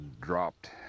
dropped